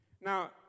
Now